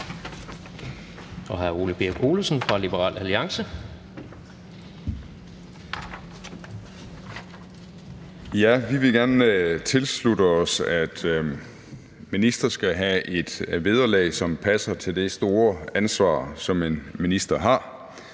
Vi vil gerne tilslutte os, at ministre skal have et vederlag, som passer til det store ansvar, som en minister har,